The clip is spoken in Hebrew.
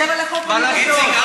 אז נשב על החוק, איציק,